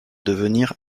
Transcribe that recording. devenir